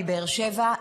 מבאר שבע,